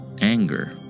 anger